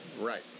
Right